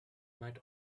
might